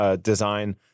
design